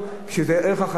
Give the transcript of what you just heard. שזה ערך החיים?